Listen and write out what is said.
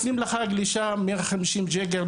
הם נותנים לך גלישה 150 ג'יגה,